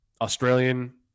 Australian